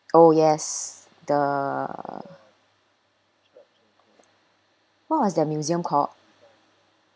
oh yes the what was their museum called